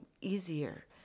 easier